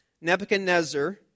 Nebuchadnezzar